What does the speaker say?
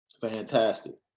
Fantastic